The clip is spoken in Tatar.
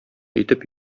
итеп